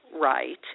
right